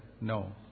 No